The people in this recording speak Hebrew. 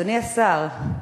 אדוני השר,